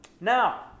Now